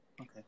Okay